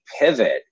pivot